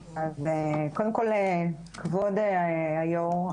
כבוד היושב-ראש,